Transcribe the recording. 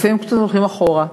ולפעמים קצת הולכים אחורה.